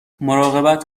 مراقبت